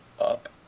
up